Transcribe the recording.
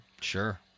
Sure